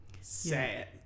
Sad